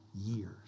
years